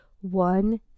one